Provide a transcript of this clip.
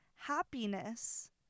Happiness